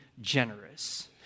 generous